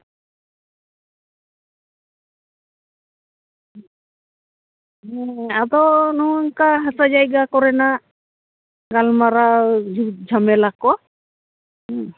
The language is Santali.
ᱦᱮᱸᱻ ᱟᱫᱚ ᱱᱚᱝᱠᱟ ᱦᱟᱥᱟ ᱡᱟᱭᱜᱟ ᱠᱚᱨᱮᱱᱟᱜ ᱜᱟᱞᱢᱟᱨᱟᱣ ᱡᱷᱩᱴ ᱡᱷᱟᱢᱮᱞᱟ ᱠᱚ ᱦᱩᱸ